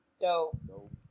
Dope